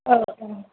औ ओं